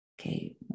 Okay